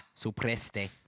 supreste